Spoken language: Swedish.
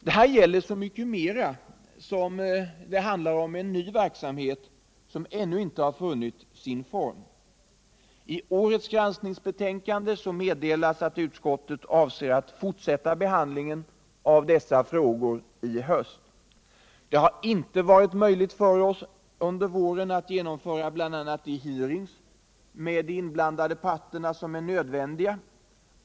Detta gäller så mycket mera som det här handlar om en ny verksamhet som ännu icke har funnit sin form. I årets granskningsbetänkande meddelas att utskottet avser att fortsätta behandlingen av dessa frågor i höst. Det har inte varit möjligt att under våren genomföra bl.a. de hearings med berörda parter som är nödvändiga.